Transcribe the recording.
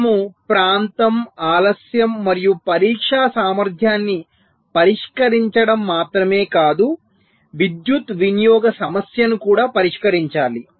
మనము ప్రాంతం ఆలస్యం మరియు పరీక్షా సామర్థ్యాన్ని పరిష్కరించడం మాత్రమే కాదు విద్యుత్ వినియోగ సమస్యను కూడా పరిష్కరించాలి